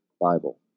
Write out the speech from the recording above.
Bible